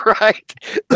Right